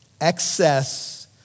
excess